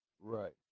Right